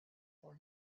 for